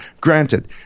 granted